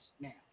now